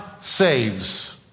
saves